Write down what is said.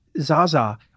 Zaza